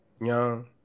Young